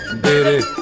baby